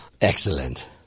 Excellent